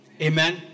Amen